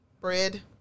bread